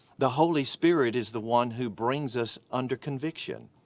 the holy spirit is the one who brings us under conviction.